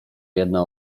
jedna